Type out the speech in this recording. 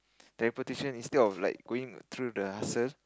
teleportation instead of like going through the hussle